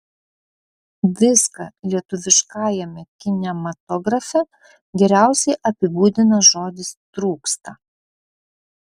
viską lietuviškajame kinematografe geriausiai apibūdina žodis trūksta